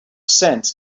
sense